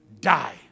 die